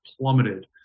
plummeted